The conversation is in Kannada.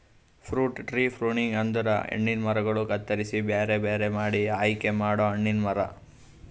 ಫ್ರೂಟ್ ಟ್ರೀ ಪ್ರುಣಿಂಗ್ ಅಂದುರ್ ಹಣ್ಣಿನ ಮರಗೊಳ್ ಕತ್ತುರಸಿ ಮತ್ತ ಬೇರೆ ಬೇರೆ ಮಾಡಿ ಆಯಿಕೆ ಮಾಡೊ ಹಣ್ಣಿನ ಮರ